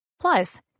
Plus